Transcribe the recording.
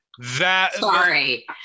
Sorry